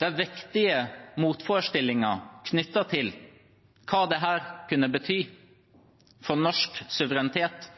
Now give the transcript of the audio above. der vektige motforestillinger knyttet til hva dette kunne bety for norsk suverenitet,